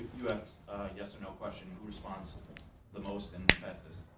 you ask a yes or no question who responds the most and the fastest?